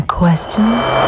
questions